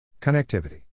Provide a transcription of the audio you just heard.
Connectivity